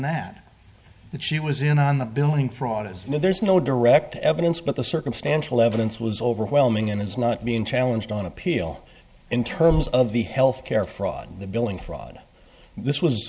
that that she was in on the billing fraud as there's no direct evidence but the circumstantial evidence was overwhelming and it's not being challenged on appeal in terms of the health care fraud the billing fraud this was